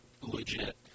Legit